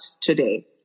today